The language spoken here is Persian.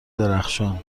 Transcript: درخشان